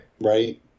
Right